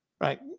right